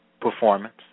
Performance